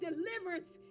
deliverance